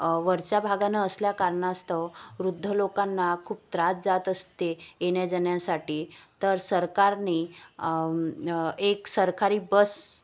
वरच्या भागानं असल्या कारणास्तव वृद्ध लोकांना खूप त्रास जात असते येण्याजाण्यासाठी तर सरकारने एक सरकारी बस